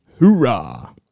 hoorah